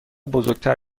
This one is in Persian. بزرگتر